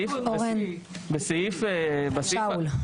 בסעיף של טיפול רפואי